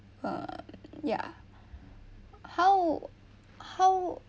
uh ya how how